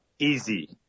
Easy